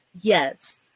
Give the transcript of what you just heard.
Yes